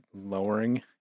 lowering